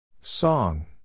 Song